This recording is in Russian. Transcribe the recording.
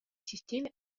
системе